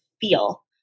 feel